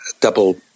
double